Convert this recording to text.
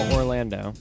Orlando